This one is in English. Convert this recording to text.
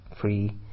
free